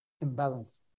imbalance